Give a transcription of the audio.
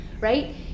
right